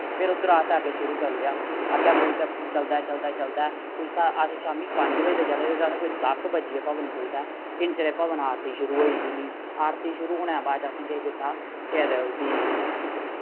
फिर उद्धरा असें अग्गै शुरू करूड़ेआ अग्गै पुजदे चलदे चलदे चलदे कोई सा अस शाम्मी पंज बजे दे चले दे ते असें कोई दस बज्जी गे भवन पुजदे इन्ने चिरे भवन आरती शुरू होई गेदी ही आरती शुरू होने दे बाद च असें केह् कीती केह् आखदे उसी